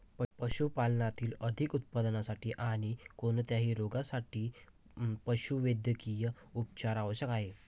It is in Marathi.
पशुपालनातील अधिक उत्पादनासाठी आणी कोणत्याही रोगांसाठी पशुवैद्यकीय उपचार आवश्यक आहेत